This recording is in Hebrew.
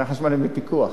מחירי החשמל הם בפיקוח,